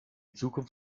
zukunft